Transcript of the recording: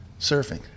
Surfing